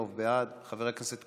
חבר הכנסת קוז'ינוב,